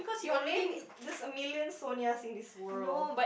your name there's a million Sonias in this world